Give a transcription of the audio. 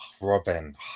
Robin